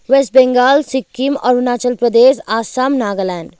West Bengal Sikkim Arunachal Pradesh Assam Nagaland